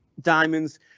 diamonds